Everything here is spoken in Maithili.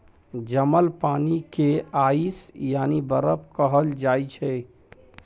जमल पानि केँ आइस यानी बरफ कहल जाइ छै